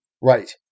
Right